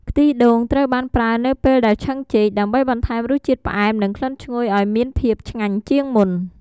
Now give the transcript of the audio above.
ខ្ទិះដូងត្រូវបានប្រើនៅពេលដែលឆឹងចេក ដើម្បីបន្ថែមរសជាតិផ្អែម និងក្លិនឈ្ងុយឱ្យមានភាពឆ្ងាញ់ជាងមុន។